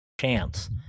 chance